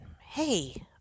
hey